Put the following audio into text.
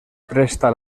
presta